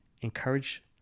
encourage